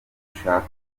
dushaka